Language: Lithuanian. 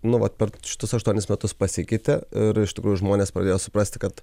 nu vat per šitus aštuonis metus pasikeitė ir iš tikrųjų žmonės pradėjo suprasti kad